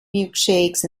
milkshakes